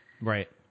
Right